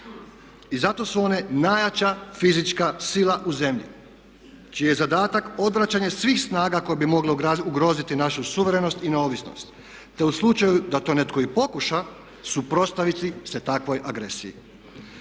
I zato su one najjača fizička sila u zemlji čiji je zadatak odvraćanje svih snaga koje bi mogle ugroziti našu suverenost i neovisnost te u slučaju da to netko i pokuša suprotstaviti se takvoj agresiji.